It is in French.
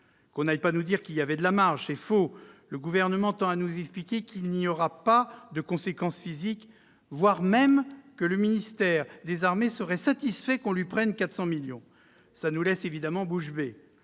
l'on ne nous dise pas qu'il y avait de la marge. C'est faux ! Le Gouvernement tend à nous expliquer qu'il n'y aura pas de conséquences physiques, voire que le ministère des armées serait satisfait que l'on lui prenne 400 millions d'euros : voilà qui laisse évidemment bouche bée